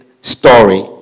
story